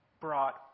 brought